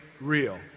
real